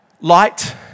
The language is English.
light